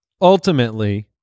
ultimately